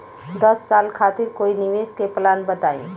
दस साल खातिर कोई निवेश के प्लान बताई?